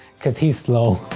cause he's slow.